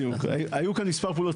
היו כאן מספר פעולות,